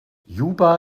juba